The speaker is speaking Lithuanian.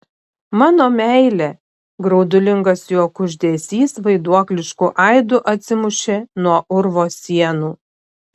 mano meile graudulingas jo kuždesys vaiduoklišku aidu atsimušė nuo urvo sienų